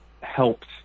helped